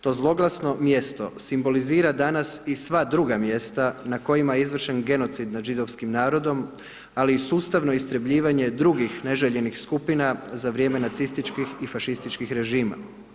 To zloglasno mjesto simbolizira danas i sva druga mjesta na kojima je izvršen genocid nad židovskim narodom, ali i sustavno istrebljivanje drugih neželjenih skupina za vrijeme nacističkih i fašističkih režima.